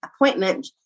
appointment